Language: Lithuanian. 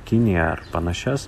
kiniją ar panašias